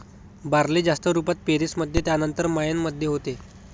barley जास्त रुपात पेरीस मध्ये त्यानंतर मायेन मध्ये होते